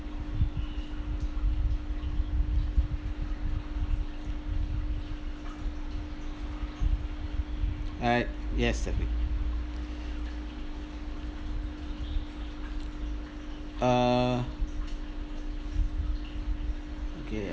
alright yes uh okay